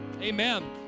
amen